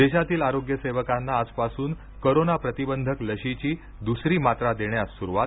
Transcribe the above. देशातील आरोग्य सेवकाना आजपासून कोरोना प्रतिबंधक लशीची दुसरी मात्रा देण्यास सुरुवात